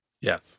Yes